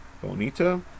Bonita